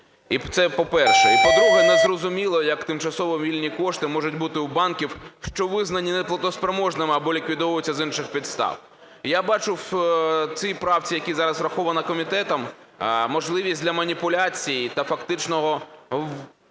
Це по-перше. І, по–друге, не зрозуміло, як тимчасово вільні кошти можуть бути у банків, що визнані неплатоспроможними або ліквідовуються з інших підстав. І я бачу в цій правці, яка зараз врахована комітетом, можливість для маніпуляції та фактичного користування